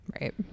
Right